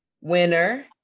winner